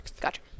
Gotcha